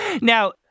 Now